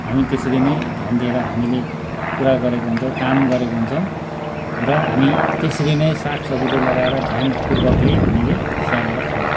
हामी त्यसरी नै ध्यान दिएर हामीले कुरा गरेको हुन्छौँ काम गरेको हुन्छौँ र हामी त्यसरी नै सागसब्जीहरू लगाएर ध्यानपूर्वकले हामीले स्याहारेर खान्छौँ